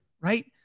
right